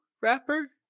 rapper